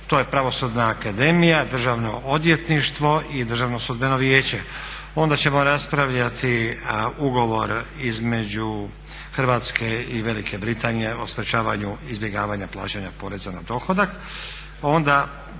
To je Pravosudna akademija, Državno odvjetništvo i Državno sudbeno vijeće. Onda ćemo raspravljati ugovor između Hrvatske i Velike Britanije o sprečavanju izbjegavanja plaćanja poreza na dohodak,